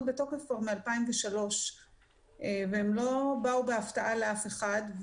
בתוקף כבר מ-2003 והן לא באו בהפתעה לאף אחד.